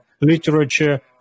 literature